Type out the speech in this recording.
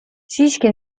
siiski